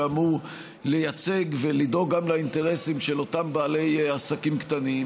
שאמור לייצג ולדאוג גם לאינטרסים של אותם בעלי עסקים קטנים,